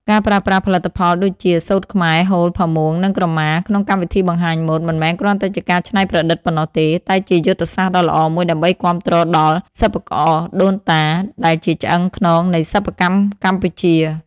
ការប្រើប្រាស់ផលិតផលដូចជា សូត្រខ្មែរ ហូល ផាមួង និងក្រមា ក្នុងកម្មវិធីបង្ហាញម៉ូដ មិនមែនគ្រាន់តែជាការច្នៃប្រឌិតប៉ុណ្ណោះទេ តែជាយុទ្ធសាស្ត្រដ៏ល្អមួយដើម្បីគាំទ្រដល់ សិប្បករដូនតា ដែលជាឆ្អឹងខ្នងនៃសិប្បកម្មកម្ពុជា។